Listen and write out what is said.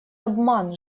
обман